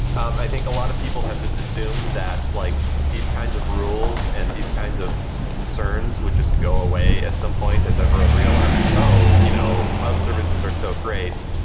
um i think a lot of people have just assumed that like these kinds of rules and these kinds of concerns would just go away at some point as everyone realized, oh! you know cloud services are so great.